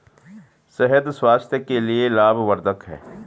शहद स्वास्थ्य के लिए लाभवर्धक है